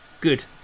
Good